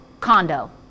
condo